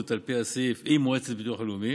על פי הסעיף עם מועצת הביטוח הלאומי.